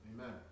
Amen